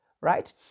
right